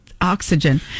oxygen